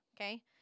okay